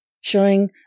Showing